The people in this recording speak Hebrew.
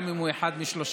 גם אם הוא אחד מ-36,